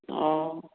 ꯑꯣ